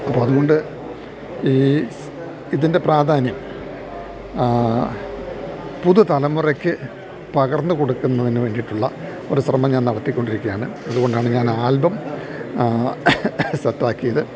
അപ്പം അതുകൊണ്ട് ഈ സ് ഇതിൻ്റെ പ്രാധാന്യം പുതു തലമുറയ്ക്ക് പകർന്ന് കൊടുക്കുന്നതിന് വേണ്ടിയിട്ടുള്ള ഒരു ശ്രമം ഞാന് നടത്തിക്കൊണ്ടിരിക്കുകയാണ് അതുകൊണ്ടാണ് ഞാനാൽബം സെറ്റ് ആക്കിയത്